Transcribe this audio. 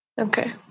Okay